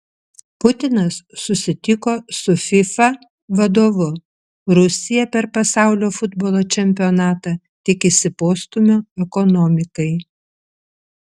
putinas susitiko su fifa vadovu rusija per pasaulio futbolo čempionatą tikisi postūmio ekonomikai